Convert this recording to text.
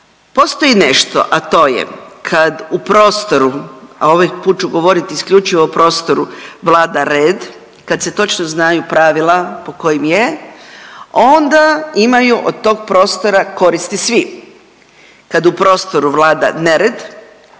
Postoji nešto, a to je kad u prostoru a ovaj put ću govoriti isključivo o prostoru vlada red, kad se točno znaju pravila po kojima je, onda imaju od tog prostora koristi svi. Kad u prostoru vlada nered